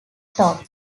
top